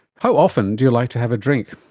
how often do you like to have a drink?